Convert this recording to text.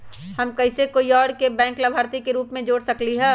हम कैसे कोई और के बैंक लाभार्थी के रूप में जोर सकली ह?